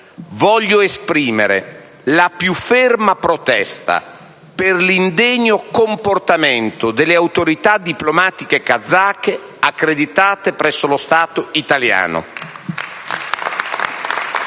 voglio esprimere la più ferma protesta per l'indegno comportamento delle autorità diplomatiche kazake accreditate presso lo Stato italiano.